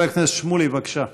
חבר הכנסת שמולי, בבקשה.